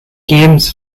games